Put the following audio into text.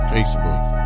Facebook